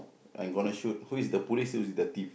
are gonna shoot who is the police who is the thief